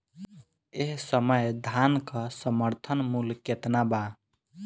एह समय धान क समर्थन मूल्य केतना बा?